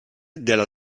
della